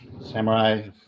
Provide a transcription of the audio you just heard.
Samurai